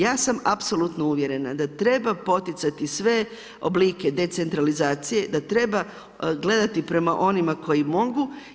Ja sam apsolutno uvjerena da treba poticati sve oblike decentralizacije, da treba gledati prema onima koji mogu.